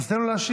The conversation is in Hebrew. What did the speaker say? אז תן לו להשיב.